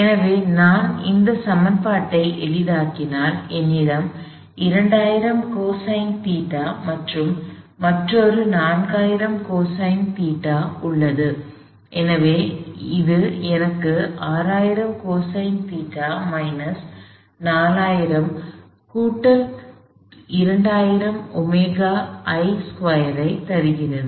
எனவே நான் இந்த சமன்பாட்டை எளிதாக்கினால் என்னிடம் 2000 கொசைன் தீட்டா மற்றும் மற்றொரு 4000 கொசைன் தீட்டா உள்ளது எனவே இது எனக்கு 6000 கொசைன் தீட்டா மைனஸ் 4000 கூட்டல் 2000 ஒமேகா i2 ஐ தருகிறது